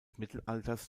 mittelalters